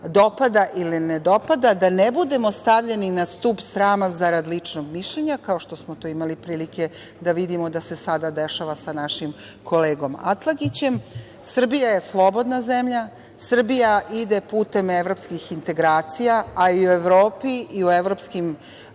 dopada ili ne dopada, da ne budemo stavljeni na stub srama zarad ličnog mišljenja, kao što smo to imali prilike da vidimo da se sada dešava sa našim kolegom Atlagićem. Srbija je slobodna zemlja. Srbija ide putem evropskih integracija, a i u Evropi i u evropskim